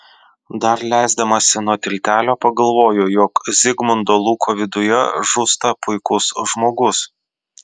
dar leisdamasi nuo tiltelio pagalvoju jog zigmundo luko viduje žūsta puikus žmogus